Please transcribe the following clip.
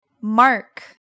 Mark